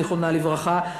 זכרה לברכה,